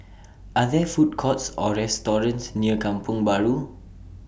Are There Food Courts Or restaurants near Kampong Bahru